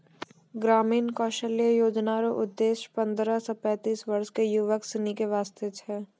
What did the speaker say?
ग्रामीण कौशल्या योजना रो उद्देश्य पन्द्रह से पैंतीस वर्ष के युवक सनी के वास्ते छै